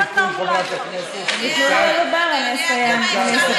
כמה תעמולה, אני מבקש